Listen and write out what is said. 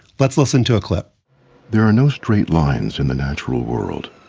let's listen to a clip there are no straight lines in the natural world.